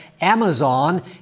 Amazon